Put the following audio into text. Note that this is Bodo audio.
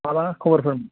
माला खौरां होगोन